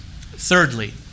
thirdly